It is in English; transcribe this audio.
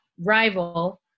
rival